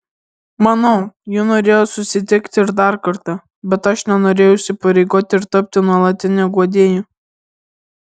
manau ji norėjo susitikti ir dar kartą bet aš nenorėjau įsipareigoti ir tapti nuolatiniu guodėju